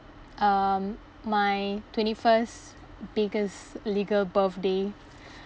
um my twenty first biggest legal birthday